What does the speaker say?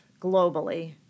globally